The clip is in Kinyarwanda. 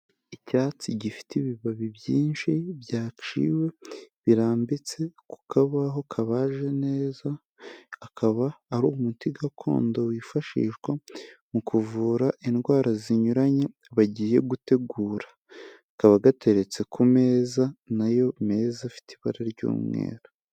Icyatsi gifite ibibabi byinshi byaciwe birambitse ku kabaho kabaje neza, akaba ari umuti gakondo wifashishwa mu kuvura indwara zinyuranye bagiye gutegura, kakaba gateretse ku meza na yo meza afite ibara ry'umweru.